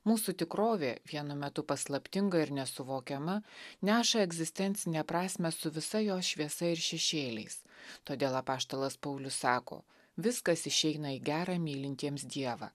mūsų tikrovė vienu metu paslaptinga ir nesuvokiama neša egzistencinę prasmę su visa jos šviesa ir šešėliais todėl apaštalas paulius sako viskas išeina į gerą mylintiems dievą